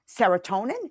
serotonin